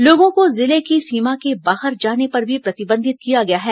लोगों को जिले की सीमा के बाहर जाने पर भी प्रतिबंधित किया गया है